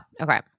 okay